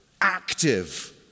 active